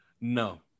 no